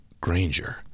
Granger